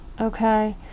okay